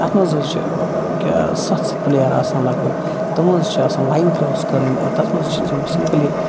اَتھ منٛز حظ چھِ کیاہ سَتھ سَتھ پٕلیٚر آسان لگ بگ تِم حظ چھِ آسان لایِن کراس کَرٕنۍ اور تتھ منٛز حظ چھِ تِم سِمپٕلی